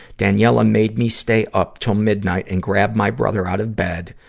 daniella made me stay up till midnight and grab my brother out of bed,